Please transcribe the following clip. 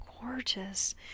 gorgeous